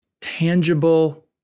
tangible